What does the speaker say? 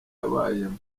yabayemo